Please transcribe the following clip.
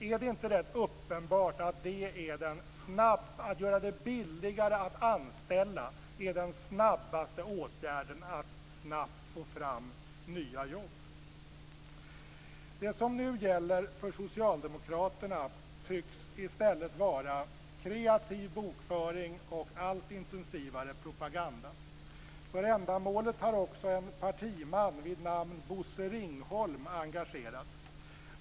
Är det inte rätt uppenbart att den snabbaste åtgärden att snabbt få fram nya jobb är att göra det billigare att anställa? Det som nu gäller för Socialdemokraterna tycks i stället vara kreativ bokföring och allt intensivare propaganda. För ändamålet har också en partiman vid namn Bosse Ringholm engagerats.